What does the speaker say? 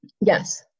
Yes